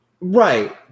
Right